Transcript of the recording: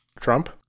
Trump